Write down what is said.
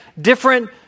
different